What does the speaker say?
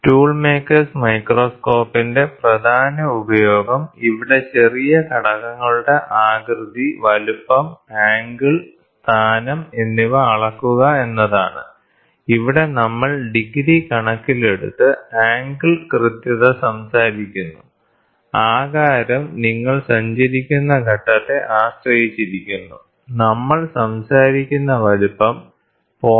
tool makers മൈക്രോസ്കോപ്പിന്റെ Tool Maker's Microscope പ്രധാന ഉപയോഗം ഇവിടെ ചെറിയ ഘടകങ്ങളുടെ ആകൃതി വലുപ്പം ആംഗിൾ സ്ഥാനം എന്നിവ അളക്കുക എന്നതാണ് ഇവിടെ നമ്മൾ ഡിഗ്രി കണക്കിലെടുത്ത് ആംഗിൾ കൃത്യത സംസാരിക്കുന്നു ആകാരം നിങ്ങൾ സഞ്ചരിക്കുന്ന ഘട്ടത്തെ ആശ്രയിച്ചിരിക്കുന്നു നമ്മൾ സംസാരിക്കുന്ന വലുപ്പം 0